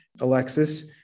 Alexis